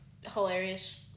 hilarious